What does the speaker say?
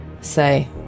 say